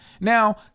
Now